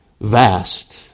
vast